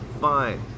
fine